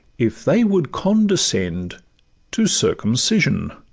if they would condescend to circumcision.